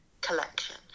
collection